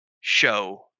show